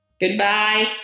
Goodbye